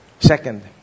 Second